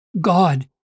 God